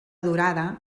durada